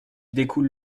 découle